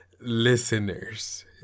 listeners